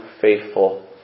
faithful